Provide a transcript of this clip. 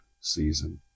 season